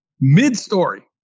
mid-story